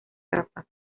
capas